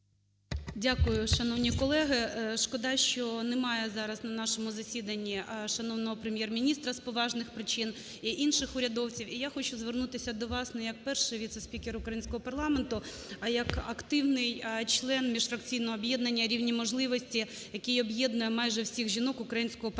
Дякую. Шановні колеги, шкода, що немає зараз на нашому засіданні шановного Прем’єр-міністра з поважних причин і інших урядовців. І я хочу звернутися до вас не як Перший віце-спікер українського парламенту, а як активний член міжфракційного об'єднання "Рівні можливості", яке об'єднує майже всіх жінок українського парламенту.